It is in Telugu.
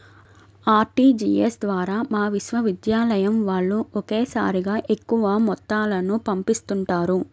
ఆర్టీజీయస్ ద్వారా మా విశ్వవిద్యాలయం వాళ్ళు ఒకేసారిగా ఎక్కువ మొత్తాలను పంపిస్తుంటారు